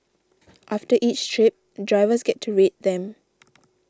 after each trip drivers get to rate them